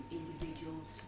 individuals